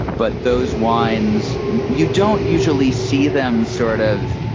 but those wines, you don't usually see them sort of.